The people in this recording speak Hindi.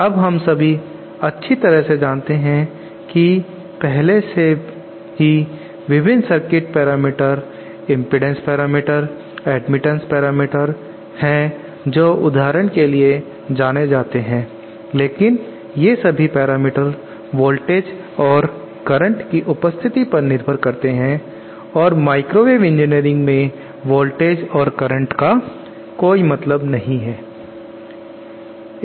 अब हम सभी अच्छी तरह से जानते हैं कि पहले से ही विभिन्न circuit parameter impedance parameter admittance parameter हैं जो उदाहरण के लिए जाने जाते हैं लेकिन ये सभी पैरामीटर वोल्टेज और करंट की उपस्थिति पर निर्भर करते हैं और माइक्रोवेव इंजीनियरिंग में वोल्टेज और करंट का कोई मतलब नहीं है